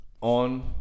on